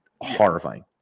horrifying